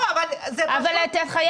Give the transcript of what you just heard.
לא, אבל זה פשוט --- אבל את חייבת.